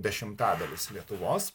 dešimtadalis lietuvos